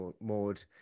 mode